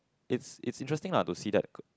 it's it's interesting lah to see that